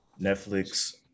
Netflix